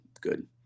good